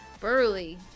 burly